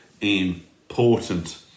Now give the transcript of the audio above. important